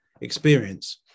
experience